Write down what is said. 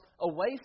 away